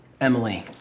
Emily